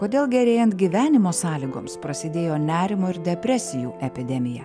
kodėl gerėjant gyvenimo sąlygoms prasidėjo nerimo ir depresijų epidemija